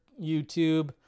YouTube